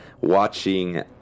watching